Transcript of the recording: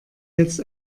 jetzt